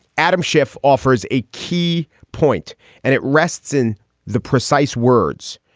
adam schiff offers a key point and it rests in the precise words,